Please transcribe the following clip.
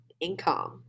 income